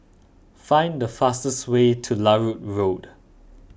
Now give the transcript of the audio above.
find the fastest way to Larut Road